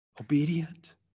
obedient